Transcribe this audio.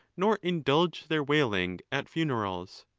nor indulge their wailing at funerals.